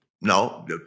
No